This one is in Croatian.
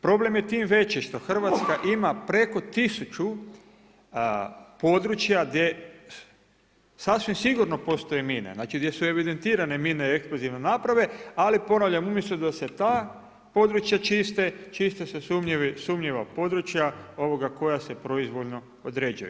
Problem je time veći što Hrvatska ima preko tisuću područja gdje sasvim sigurno postoje mine, znači gdje su evidentirane mine eksplozivne naprave ali ponavljam umjesto da se ta područja čiste, čiste se sumnjiva područja koja se proizvoljno određuju.